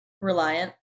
Reliant